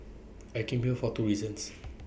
I came here for two reasons